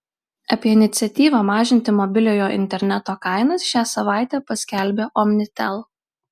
apie iniciatyvą mažinti mobiliojo interneto kainas šią savaitę paskelbė omnitel